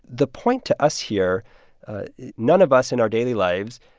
the point to us here none of us in our daily lives,